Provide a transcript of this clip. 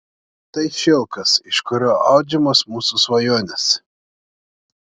tai šilkas iš kurio audžiamos mūsų svajonės